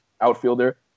outfielder